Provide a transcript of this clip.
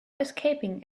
escaping